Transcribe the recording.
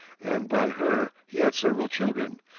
and by her he had several children,